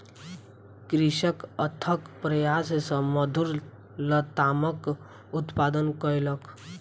कृषक अथक प्रयास सॅ मधुर लतामक उत्पादन कयलक